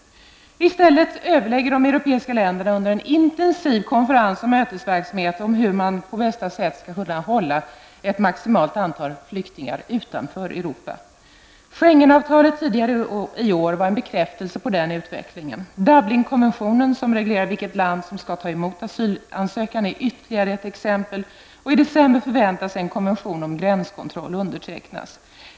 I stället överlägger de europeiska länderna under en intensiv konferens och mötesverksamhet om hur man på bästa sätt skulle kunna hålla ett maximalt antal flyktingar utanför Europa. Schengenavtalet tidigare i år var en bekräftelse på denna utveckling. Dublinkonventionen, som reglerar vilket land som skall ta emot asylansökan, är ytterligare ett exempel. I december förväntas en konvention om gränskontroll undertecknas.